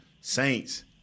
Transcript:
Saints